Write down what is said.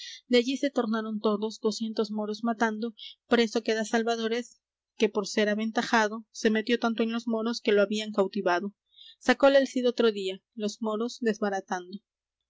allí se tornaron todos doscientos moros matando preso queda salvadores que por ser aventajado se metió tanto en los moros que lo habían cautivado sacóle el cid otro día los moros desbaratando